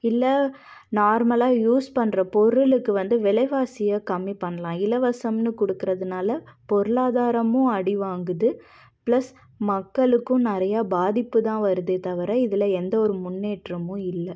இல்லை நார்மலாக யூஸ் பண்ணுற பொருளுக்கு வந்து விலைவாசிய கம்மி பண்ணலாம் இலவசம்னு கொடுக்கறதுனால பொருளாதாரமும் அடிவாங்குது ப்ளஸ் மக்களுக்கும் நிறையா பாதிப்பு தான் வருதே தவிர இதில் எந்தவொரு முன்னேற்றமும் இல்லை